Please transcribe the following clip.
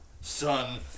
Son